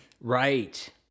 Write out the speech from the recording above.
Right